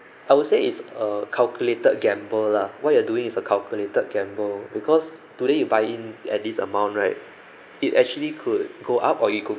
I would say it's a calculated gamble lah what you're doing is a calculated gamble because today you buy in at this amount right it actually could go up or it could